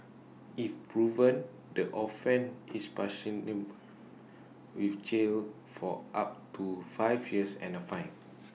if proven the offence is with jail for up to five years and A fine